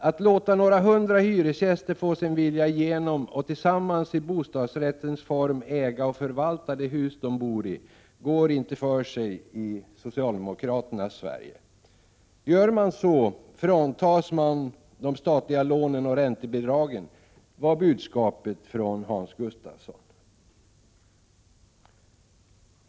Att låta några hundra hyresgäster få sin vilja igenom och tillsammans i bostadsrättens form äga och förvalta de hus de bor i går inte för sig i socialdemokraternas Sverige. Gör man så fråntas man de statliga lånen och räntebidragen, var budskapet från Hans Gustafsson.